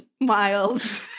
Miles